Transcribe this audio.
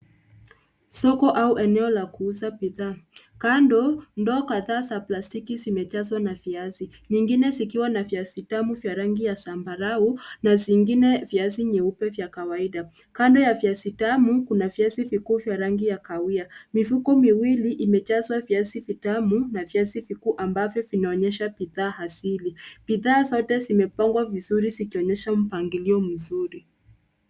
Soko au eneo la kuuza bidhaa. Kando ndo kadhaa za kuuza bidhaa zimejazwa na viazi nyingine zikiwa na viazi tamu vya rangi ya zambarau na zingine viazi nyeupe vya kawaida. Kando ya viazi tamu kuna viazi vikuu vya rangi ya kahawia. Mifuko miwili imejazwa viazi vitamu na viazi vikuu ambavyo vinaonyesha bidhaa asili. Bidhaa zote zimepangwa vizuri zikionyesha mpangilio mzuri.